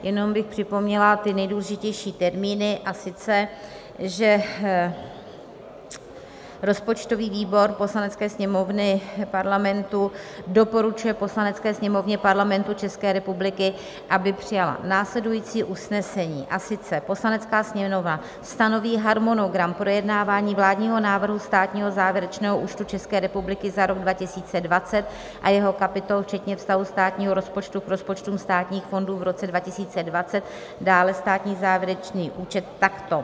Jenom bych připomněla ty nejdůležitější termíny, a sice že rozpočtový výbor Poslanecké sněmovny Parlamentu doporučuje Poslanecké sněmovně Parlamentu České republiky, aby přijala následující usnesení: Poslanecká sněmovna stanoví harmonogram projednávání vládního návrhu státního závěrečného účtu České republiky za rok 2020 a jeho kapitol, včetně vztahů státního rozpočtu k rozpočtům státních fondů v roce 2020, dále státní závěrečný účet takto: